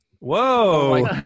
whoa